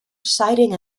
citing